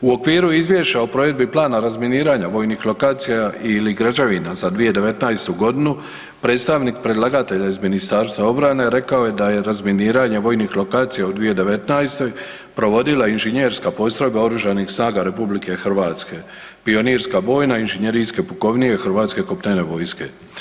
U okviru izvješća o provedbi plana razminiranja vojnih lokacija ili građevina za 2019. godinu predstavnik predlagatelja iz Ministarstva obrane rekao je da je razminiranje vojnih lokacija u 2019. provodila inženjerska postrojba Oružanih snaga RH, Pionirska bojna inženjerijske pukovnije hrvatske kopnene vojske.